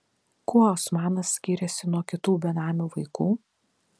kuo osmanas skyrėsi nuo kitų benamių vaikų